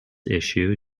issue